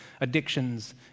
addictions